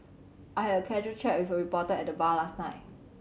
I had a casual chat with a reporter at the bar last night